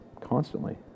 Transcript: constantly